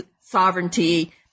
sovereignty